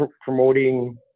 promoting